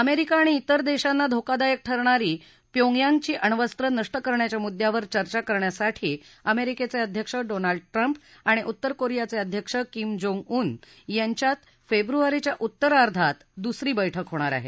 America आणि इतर देशांना धोकादायक ठरणारी प्योंगयांगची अण्वस्त्र नष्ट करण्याच्या मुद्यावर चर्चा करण्यासाठी अमेरिकेचे अध्यक्ष डोनाल्ड ट्रम्प आणि उत्तर कोरियाचे अध्यक्ष किम जोंग उन् यांच्यात फेब्रुवारीच्या उत्तरार्धात दुसरी बैठक होणार आहे